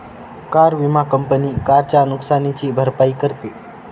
car विमा company कारच्या नुकसानीची भरपाई करते